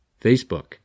Facebook